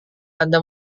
anda